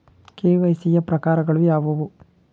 KYC ಯ ಪ್ರಕಾರಗಳು ಯಾವುವು?